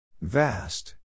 Vast